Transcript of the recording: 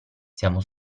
siamo